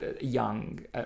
young